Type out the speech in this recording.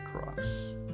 cross